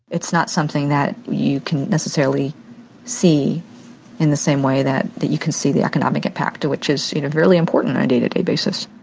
it's not something that you can necessarily see in the same way that that you can see the economic impact, which is you know really important on a day to day basis,